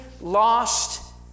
lost